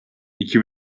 iki